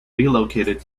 relocated